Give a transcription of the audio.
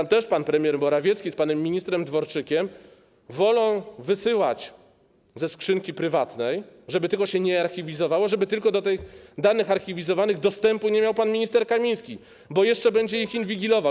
Również pan premier Morawiecki z panem ministrem Dworczykiem wolą wysyłać e-maile ze skrzynki prywatnej, żeby tylko się nie archiwizowało, żeby tylko do tych danych archiwizowanych dostępu nie miał pan minister Kamiński, bo jeszcze będzie ich inwigilował.